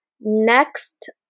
next